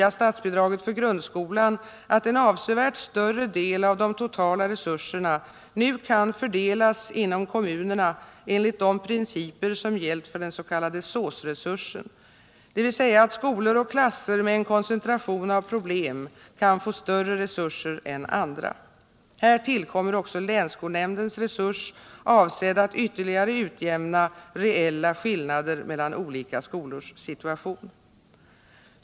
avsevärt större del av de totala resurserna nu kan fördelas inom kommunerna enligt de principer som gällt för den s.k. SÅS-resursen, dvs. att skolor och klasser med en koncentration av problem kan få större resurser än andra. Här tillkommer också länsskolnämndens resurs, avsedd att ytterligare utjämna reella skillnader mellan olika skolors situation.